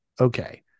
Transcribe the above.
okay